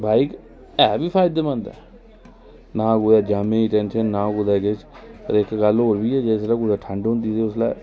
भाई ऐ बी फायदेमंद ऐ ना कुदै जामै दी टैंशन इक होर बी ऐ जिसलै कुदै ठंड होंदी